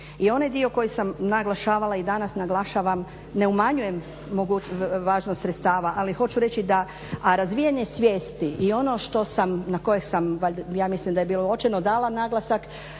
I onaj dio koji sam naglašavala i danas naglašavam ne umanjujem važnost sredstva ali hoću reći da, a razvijanje svijesti i ono što sam, na koje sam ja mislim da je bilo očajno, dala naglasak